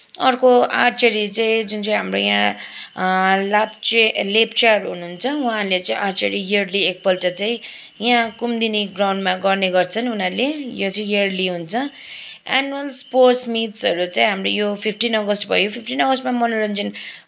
अर्को आर्चरी चाहिँ जुन चाहिँ हाम्रो यहाँ लाप्चे लेप्चाहरू हुनुहुन्छ उहाँहरूले चाहिँ आर्चरी इयरली एकपल्ट चाहिँ यहाँ कुमुदिनी ग्राउन्डमा गर्ने गर्छन् उनीहरूले यो चाहिँ इयरली हुन्छ एनुअल स्पोर्ट मिट्सहरू चाहिँ हाम्रो यो फिफ्टिन अगस्त भयो फिफ्टिन अगस्तमा मनोरञ्जन